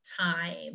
time